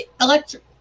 electric